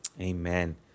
Amen